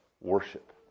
worship